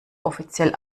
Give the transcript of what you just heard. offiziell